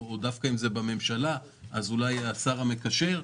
או דווקא אם זה בממשלה אז אולי מול השר המקשר,